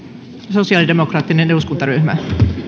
sosialidemokraattinen eduskuntaryhmä